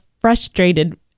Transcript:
frustrated